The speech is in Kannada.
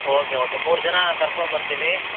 ಓಕೆ ಓಕೆ ಮೂರು ಜನ ಕರ್ಕೊಂಡು ಬರ್ತೀವಿ